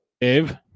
Dave